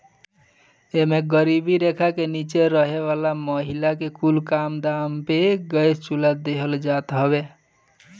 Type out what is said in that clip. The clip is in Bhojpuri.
एमे गरीबी रेखा के नीचे रहे वाला महिला कुल के कम दाम पे गैस चुल्हा देहल जात हवे